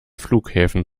flughäfen